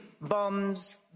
bombs